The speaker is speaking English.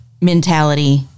mentality